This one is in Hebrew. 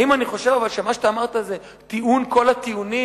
אבל האם אני חושב שמה שאמרת זה טיעון כל הטיעונים,